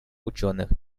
ученых